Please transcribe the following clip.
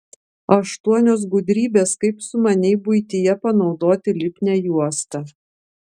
aštuonios gudrybės kaip sumaniai buityje panaudoti lipnią juostą